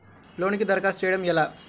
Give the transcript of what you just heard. లోనుకి దరఖాస్తు చేయడము ఎలా?